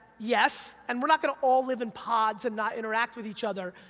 yes, and we're not gonna all live in pods and not interact with each other,